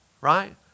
Right